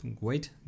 wait